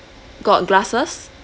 got glasses